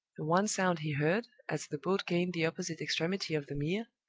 the one sound he heard, as the boat gained the opposite extremity of the mere,